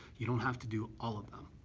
you don't have to do all of them.